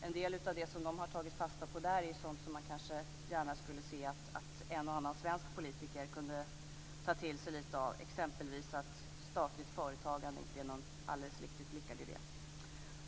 En del av det som de har tagit fasta på där är sådant som man gärna skulle se att en och annan svensk politiker kunde ta till sig av, exempelvis att statligt företagande inte är någon alldeles lyckad idé.